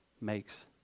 makes